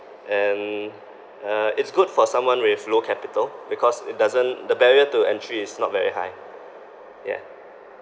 and uh it's good for someone with low capital because it doesn't the barrier to entry is not very high yeah